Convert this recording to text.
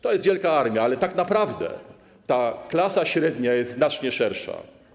To jest wielka armia, ale tak naprawdę ta klasa średnia jest znacznie szersza.